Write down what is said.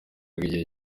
igihe